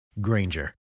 Granger